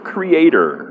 Creator